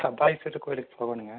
கபாலீஸ்வரர் கோயிலுக்கு போகணுங்க